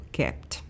kept